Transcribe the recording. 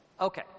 Okay